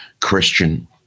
Christian